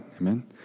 Amen